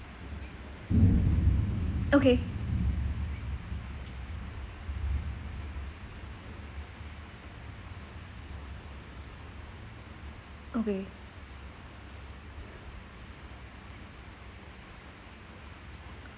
okay okay